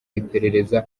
iperereza